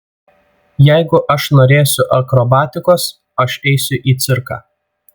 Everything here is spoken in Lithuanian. jeigu aš norėsiu akrobatikos aš eisiu į cirką